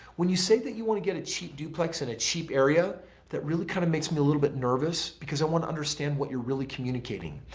when you say that you want to get a cheap duplex in a cheap area that really kind of makes me a little bit nervous because i want to understand what you're really communicating.